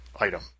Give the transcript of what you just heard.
item